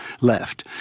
left